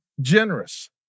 generous